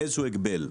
באיזשהו הגבל.